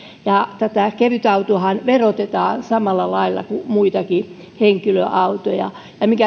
kevytautoahan verotetaan samalla lailla kuin muitakin henkilöautoja